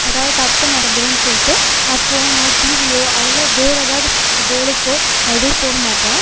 ஏதாவது தப்பு நடந்துடுன்னு சொல்லிட்டு நான் ஃபோனோன் டிவியோ அதில் வேறு ஏதாவது வேலைக்கோ நான் எதுவும் போகமாட்டேன்